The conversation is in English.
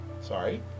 Sorry